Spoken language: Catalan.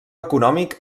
econòmic